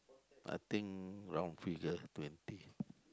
I think wrong figure twenty